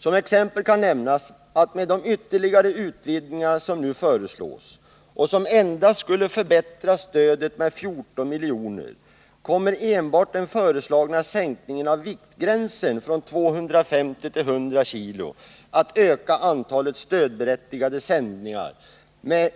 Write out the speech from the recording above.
Som exempel kan nämnas att med de ytterligare utvidgningar som nu föreslås och som endast skulle förbättra stödet med 14 milj.kr. kommer enbart den föreslagna sänkningen av viktgränsen från 250 till 100 kg att öka antalet stödberättigade sändningar med